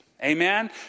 Amen